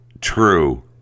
true